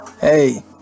Hey